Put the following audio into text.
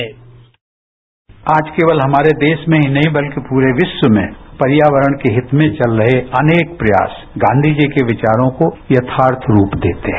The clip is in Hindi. साउंड बाईट आज केवल हमारे देश में ही नहीं बल्कि पूरे विश्व में पर्यावरण के हित में चल रहे अनेक प्रयास गांधी जी के विचारों को यथार्थ रूप देते हैं